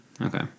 Okay